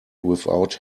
without